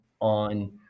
on